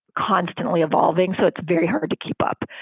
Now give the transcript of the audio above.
constantly evolving. so it's very hard to keep up.